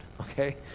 okay